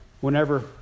whenever